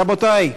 רבותי,